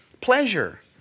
pleasure